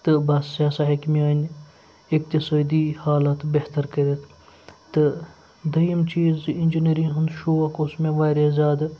تہٕ بَس یہِ سا ہیٚکہِ میانہِ اِقتِصٲدی حالات بہتر کٔرِتھ تہٕ دٔیِم چیٖز زِ اِنجیٖنٔرِنٛگ ہُنٛد شوق اوس مےٚ وارِیاہ زیادٕ